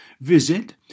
Visit